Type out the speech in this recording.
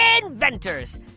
inventors